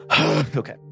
Okay